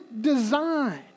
design